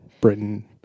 Britain